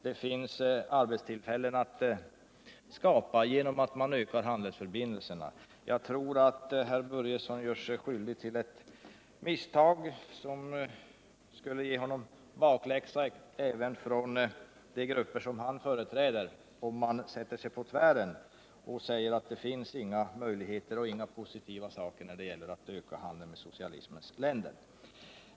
Det finns arbetstillfällen att skapa genom att man ökar handelsförbindelserna. Jag tror att herr Börjesson gör sig skyldig till ett misstag som skulle ge honom bakläxa även från de grupper som han företräder, om han sätter sig på tvären och säger att det inte finns några möjligheter eller några positiva saker att vinna på att öka handeln med socialismens länder.